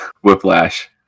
Whiplash